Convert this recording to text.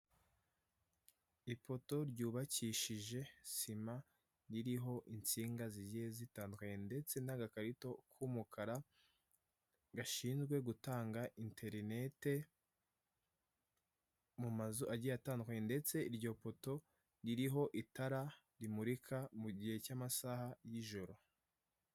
Ipoto ryubakishije sima ririho insinga zigiye zitandukanye, ndetse n'agakarito k'umukara gashinzwe gutanga interineti mu mazu agiye atandukanye, ndetse iryo poto ririho itara rimurika mu gihe cy'amasaha y'ijoro.